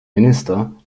minister